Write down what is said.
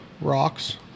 rocks